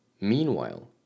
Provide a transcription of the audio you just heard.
Meanwhile